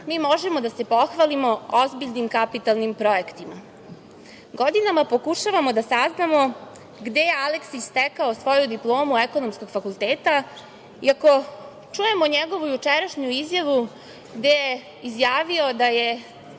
mi možemo da se pohvalimo ozbiljnim kapitalnim projektima. Godinama pokušavamo da saznamo gde je Aleksić stekao svoju diplomu Ekonomskog fakulteta. Ako čujemo njegovu izjavu gde je izjavio da je